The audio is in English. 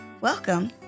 Welcome